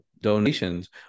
donations